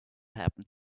happened